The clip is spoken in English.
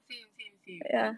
same same same